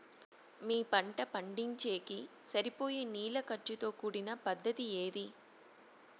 మీ పంట పండించేకి సరిపోయే నీళ్ల ఖర్చు తో కూడిన పద్ధతి ఏది?